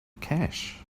cash